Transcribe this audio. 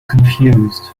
confused